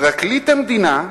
פרקליט המדינה,